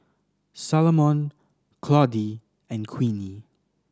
Salomon Claudie and Queenie